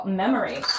memory